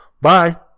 Bye